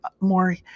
more